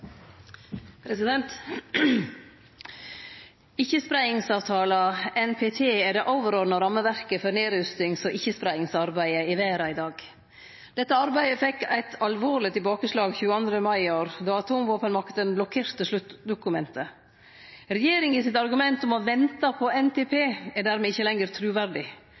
det overordna rammeverket for nedrustings- og ikkjespreiingsarbeidet i verda i dag. Dette arbeidet fekk eit alvorleg tilbakeslag 22. mai i år, då atomvåpenmaktene blokkerte sluttdokumentet. Regjeringa sitt argument om å «vente på NPT» er dermed ikkje lenger truverdig.